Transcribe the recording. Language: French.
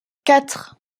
quatre